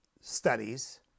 studies